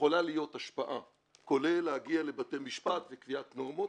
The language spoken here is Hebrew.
יכולה להיות השפעה כולל להגיע לבתי משפט וקביעת נורמות,